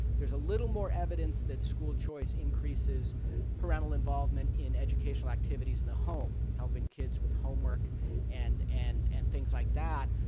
there's a little more evidence that school choice increases parental involvement in educational activities in the home, helping kids with homework and and and things like that,